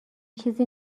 چیزی